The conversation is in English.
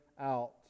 out